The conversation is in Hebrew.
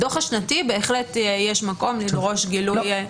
בדוח השנתי בהחלט יש מקום לדרוש גילוי.